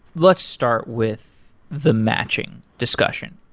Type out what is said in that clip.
let's start with the matching discussion.